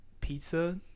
Pizza